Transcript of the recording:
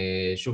שוב,